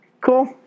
Cool